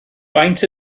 faint